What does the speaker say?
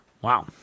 Wow